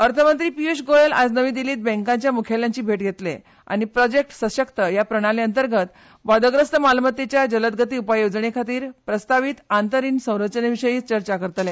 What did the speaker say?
अर्थमंत्री पियुश गोएल आयज नवी दिल्लींत बँकांच्या मुखेल्यांची भेट घेतले आनी प्रोजेक्ट सशक्त ह्या प्रणाली खाला वादग्रस्त मालमत्तेच्या जलदगती उपाय येवजणे खातीर प्रस्तावीत अंतर रीण सरचने विशीं चर्चा करतले